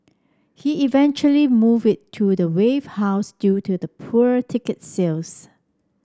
he eventually moved it to Wave House due to the poor ticket sales